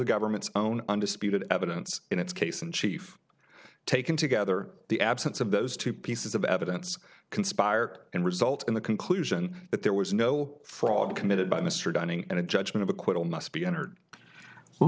government's own undisputed evidence in its case in chief taken together the absence of those two pieces of evidence conspired and result in the conclusion that there was no fraud committed by mr dunning and a judgment of acquittal must be entered w